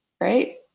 right